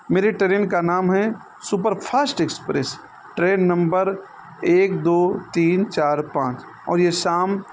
میری ٹرین کا نام ہے سوپر فاسٹ ایکسپریس ٹرین نمبر ایک دو تین چار پانچ اور یہ شام